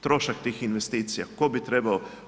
Trošak tih investicija, tko bi trebao.